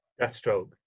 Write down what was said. Deathstroke